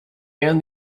and